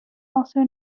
also